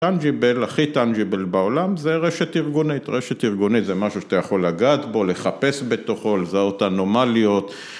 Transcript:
‫טנג'יבל, הכי טנג'יבל בעולם, ‫זה רשת ארגונית. ‫רשת ארגונית זה משהו ‫שאתה יכול לגעת בו, ‫לחפש בתוכו לזהות אנומליות.